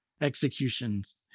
executions